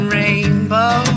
rainbow